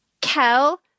Kel